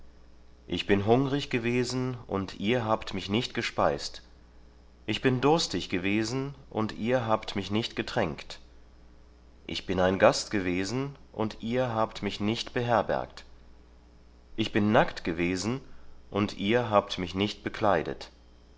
ich bin hungrig gewesen und ihr habt mich nicht gespeist ich bin durstig gewesen und ihr habt mich nicht getränkt ich bin ein gast gewesen und ihr habt mich nicht beherbergt ich bin nackt gewesen und ihr habt mich nicht bekleidet